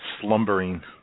slumbering